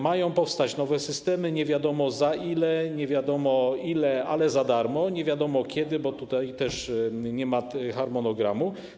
Mają powstać nowe systemy, nie wiadomo za ile, nie wiadomo ile, ale za darmo, nie wiadomo kiedy, bo tutaj też nie ma harmonogramu.